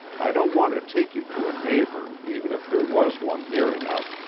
i don't want to take you to a neighbor, even if there was one near enough,